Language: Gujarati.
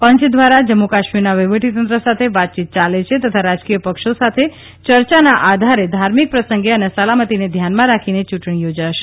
પંચ દ્વારા જમ્મુ કાશ્મીરના વહીવટીતંત્ર સાથે વાતચીત ચાલે છે તથા રાજકીયપક્ષો સાથે ચર્ચાના આધારે ધાર્મિક પ્રસંગે અને સલામતિને ધ્યાનમાં રાખીને ચૂંટણી યોજાશે